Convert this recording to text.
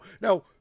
now